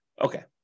Okay